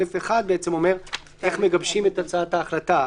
(א1) בעצם אומר איך מגבשים את הצעת ההחלטה.